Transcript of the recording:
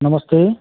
नमस्ते